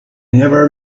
never